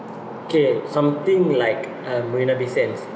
okay something like uh Marina Bay Sands